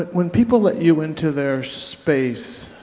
when people let you into their space,